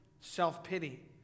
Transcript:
self-pity